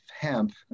hemp